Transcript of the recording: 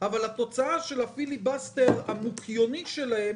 אבל התוצאה של הפיליבסטר המוקיוני שלהם